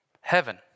heaven